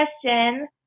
question